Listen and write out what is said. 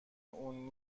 اون